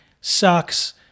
sucks